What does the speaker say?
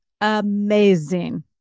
amazing